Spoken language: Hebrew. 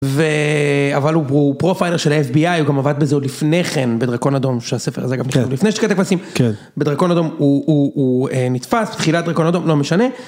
ו.. אבל הוא פרופיילר של ה-FBI, הוא גם עבד בזה, עוד לפני כן בדרקון אדום שהספר הזה אגב נכתב לפני שתיקת הכבשים. כן. בדרקון אדום הוא נתפס, תחילת דרקון אדום, לא משנה.